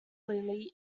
clearly